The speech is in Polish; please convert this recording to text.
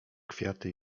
kwiaty